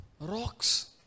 rocks